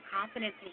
confidence